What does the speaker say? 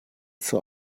zur